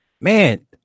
man